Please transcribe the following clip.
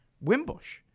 Wimbush